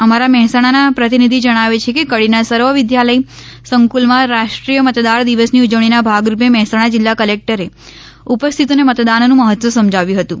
અમારા મહેસાણાના પ્રતિનિધિ ૈ ણાવે છે કે કડીના સર્વ વિદ્યાલય સંકુલમાં રાષ્ટ્રીય મતદાર દિવસની ઊ વણીના ભાગરૂપે મહેસાણા જીલ્લા કલેકટરે ઉપસ્થિતોને મતદાનનું મહત્વ સમજાવ્યું હતું